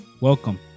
Welcome